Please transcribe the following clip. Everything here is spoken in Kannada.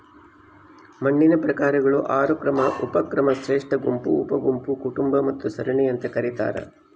ಮಣ್ಣಿನ ಪ್ರಕಾರಗಳು ಆರು ಕ್ರಮ ಉಪಕ್ರಮ ಶ್ರೇಷ್ಠಗುಂಪು ಉಪಗುಂಪು ಕುಟುಂಬ ಮತ್ತು ಸರಣಿ ಅಂತ ಕರೀತಾರ